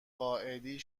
قائدی